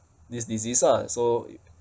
this disease lah so